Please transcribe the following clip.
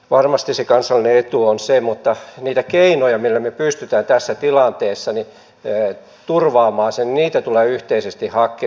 varmasti se kansallinen etu on se mutta niitä keinoja millä me pystymme tässä tilanteessa turvaamaan sen tulee yhteisesti hakea